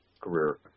career